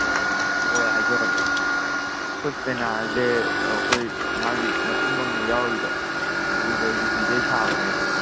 ꯑꯣ ꯍꯣꯏ ꯍꯥꯏꯖꯔꯒꯦ ꯑꯩꯈꯣꯏ ꯄꯦꯅꯥꯁꯦ ꯑꯩꯈꯣꯏ ꯃꯥꯒꯤ ꯃꯇꯨꯝ ꯑꯃ ꯌꯥꯎꯔꯤꯗꯣ ꯑꯗꯨꯗꯣ ꯌꯨꯕꯤꯗꯒꯤ ꯁꯥꯕꯅꯦꯕꯀꯣ